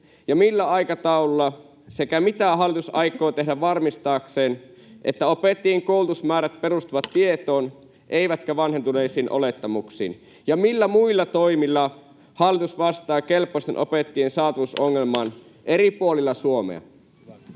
ja millä aikataululla? Mitä hallitus aikoo tehdä varmistaakseen, että opettajien koulutusmäärät perustuvat tietoon eivätkä vanhentuneisiin olettamuksiin? Millä muilla toimilla hallitus vastaa kelpoisten opettajien saatavuusongelmaan eri puolilla Suomea?